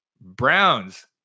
Browns